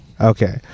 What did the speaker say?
Okay